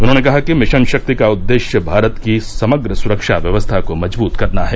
उन्होंने कहा कि मिशन शक्ति का उद्देश्य भारत की समग्र सुरक्षा व्यवस्था को मजबूत करना है